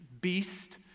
beast